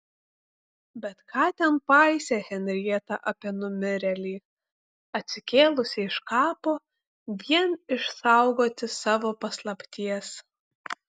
bet ką ten paistė henrieta apie numirėlį atsikėlusį iš kapo vien išsaugoti savo paslapties